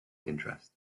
interest